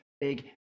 big